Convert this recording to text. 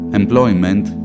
employment